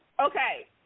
Okay